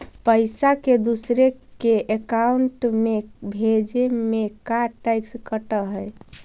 पैसा के दूसरे के अकाउंट में भेजें में का टैक्स कट है?